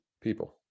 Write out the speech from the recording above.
people